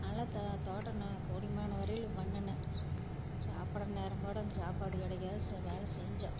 நல்லா த தோட்டம் நான் கூடியமானவரையிலும் பண்ணுனேன் சாப்பிட்ற நேரங்கூடம் சாப்பாடு கிடைக்காது ச வேலை செஞ்சேன்